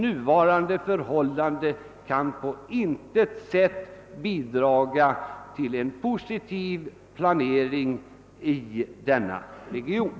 Nuvarande förhållande kan på intet sätt bidra till en positiv planering i denna region.